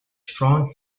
strong